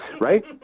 Right